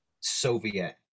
Soviet